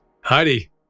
Heidi